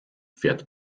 fährt